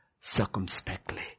circumspectly